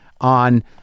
on